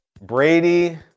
Brady